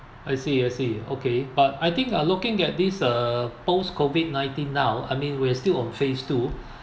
I see I see okay but I think uh looking at this uh post COVID nineteen now I mean we're still on phase two